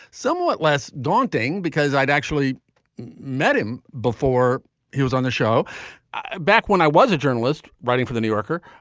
somewhat less daunting because i'd actually met him before he was on the show back when i was a journalist writing for the new yorker.